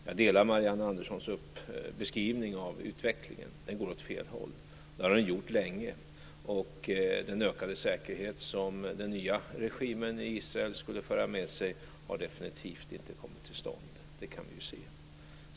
Jag håller med om Marianne Anderssons beskrivning av utvecklingen. Den går åt fel håll. Det har den gjort länge. Den ökade säkerhet som den nya regimen i Israel skulle föra med sig har definitivt inte kommit till stånd. Det kan vi se.